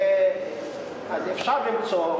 אז אפשר למצוא,